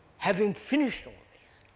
having finished all this?